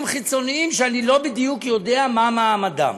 חיצוניים שאני לא בדיוק יודע מה מעמדם.